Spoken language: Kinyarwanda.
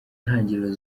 ntangiriro